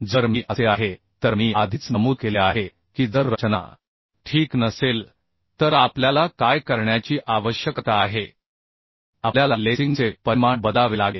जर मी असे आहे तर मी आधीच नमूद केले आहे की जर रचना ठीक नसेल तर आपल्याला काय करण्याची आवश्यकता आहे आपल्याला लेसिंगचे परिमाण बदलावे लागेल